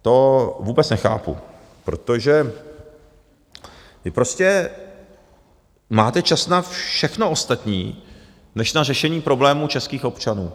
To vůbec nechápu, protože vy prostě máte čas na všechno ostatní než na řešení problémů českých občanů.